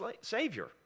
savior